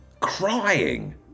crying